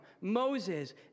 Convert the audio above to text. Moses